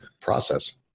process